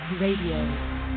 Radio